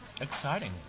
Exciting